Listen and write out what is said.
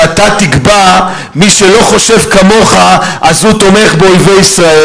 שאתה תקבע שמי שלא חושב כמוך הוא תומך באויבי ישראל.